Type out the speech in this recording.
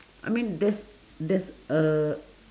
I mean there's there's a